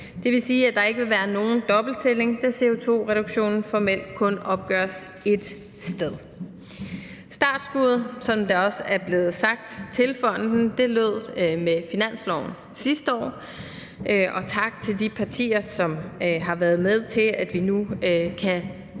Det vil sige, at der ikke vil være nogen dobbelttælling, da CO2-reduktionen formelt kun opgøres ét sted. Startskuddet til fonden, som det også er blevet sagt, lød med finansloven sidste år. Tak til de partier, som har været med til, at vi nu kan